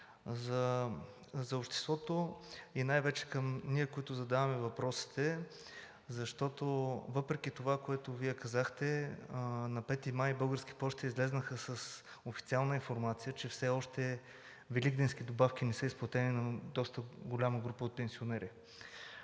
за обществото и най-вече към тези, които задаваме въпросите. Защото въпреки това, което Вие казахте, на 5 май „Български пощи“ ЕАД излязоха с официална информация, че все още великденските добавки не са изплатени на доста голяма група пенсионери.